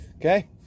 okay